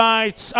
Right